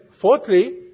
fourthly